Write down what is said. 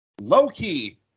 Low-key